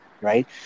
right